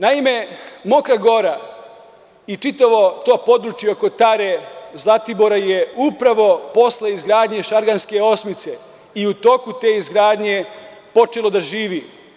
Naime, Mokra gora i čitavo područje Tare, Zlatibora je upravo posle izgradnje Šarganske osmice i u toku te izgradnje počelo da živi.